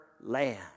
land